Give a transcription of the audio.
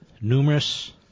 numerous